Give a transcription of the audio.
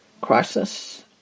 crisis